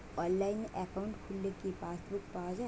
অনলাইনে একাউন্ট খুললে কি পাসবুক পাওয়া যায়?